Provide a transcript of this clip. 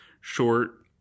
short